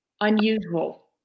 unusual